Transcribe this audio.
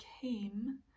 came